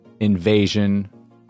invasion